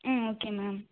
ம் okay ma'am